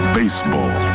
baseball